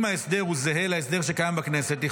אם ההסדר הוא זהה להסדר שקיים בכנסת.